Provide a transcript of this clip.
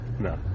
No